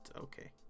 okay